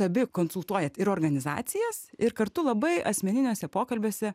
abi konsultuojat ir organizacijas ir kartu labai asmeniniuose pokalbiuose